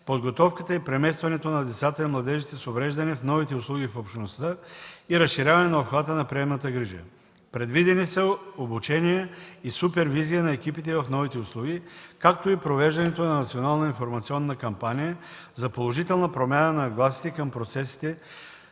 подготовката и преместването на децата и младежите с увреждане в новите услуги в общността и разширяване на обхвата на приемната грижа. Предвидени са обучение и супервизия на екипите в новите услуги, както и провеждането на национална информационна кампания за положителна промяна на нагласите към процесите